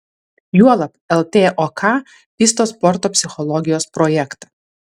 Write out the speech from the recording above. juolab ltok vysto sporto psichologijos projektą